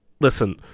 listen